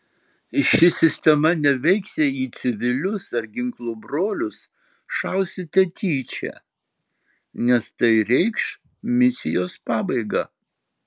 ši sistema neveiks jei į civilius ar ginklo brolius šausite tyčia nes tai reikš misijos pabaigą